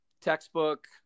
textbook